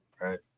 Right